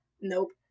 nope